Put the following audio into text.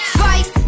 fight